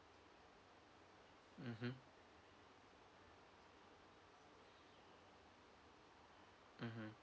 mmhmm mmhmm